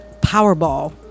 Powerball